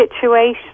situation